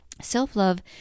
Self-love